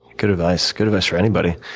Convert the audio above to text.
good advice. good advice for anybody.